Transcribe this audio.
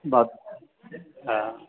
bath हा